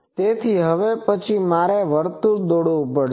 તેથી હવે પછી મારે વર્તુળ દોરવું પડશે